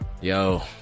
Yo